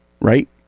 right